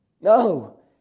No